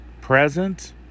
present